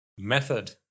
method